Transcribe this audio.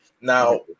Now